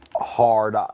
hard